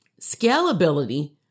Scalability